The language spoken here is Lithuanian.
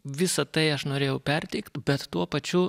visa tai aš norėjau perteikt bet tuo pačiu